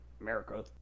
America